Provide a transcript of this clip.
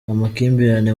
amakimbirane